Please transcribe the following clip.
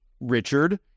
Richard